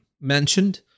mentioned